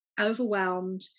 overwhelmed